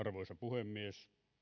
arvoisa puhemies